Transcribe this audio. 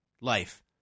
life